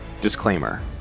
disclaimer